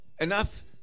enough